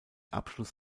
abschluss